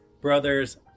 Brothers